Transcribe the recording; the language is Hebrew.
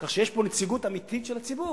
כך שיש פה נציגות אמיתית של הציבור.